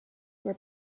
were